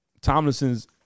Tomlinson's